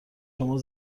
شما